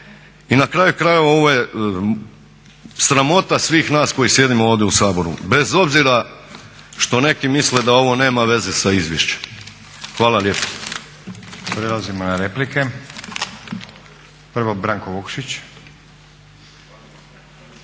i na kraju krajeva ovo je sramota svih nas koji sjedimo ovdje u Saboru bez obzira što neki misle da ovo nema veze sa izvješćem. Hvala lijepo. **Stazić, Nenad (SDP)** Prelazimo na replike. Prvo Branko Vukšić.